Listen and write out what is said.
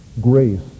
Grace